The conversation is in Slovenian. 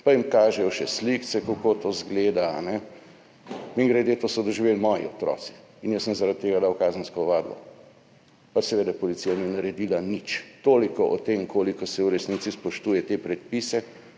pa jim kažejo še slikice, kako to izgleda. Mimogrede, to so doživeli moji otroci in jaz sem zaradi tega dal kazensko ovadbo, pa seveda policija ni naredila nič. Toliko o tem, koliko se v resnici spoštuje te predpise